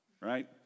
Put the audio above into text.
right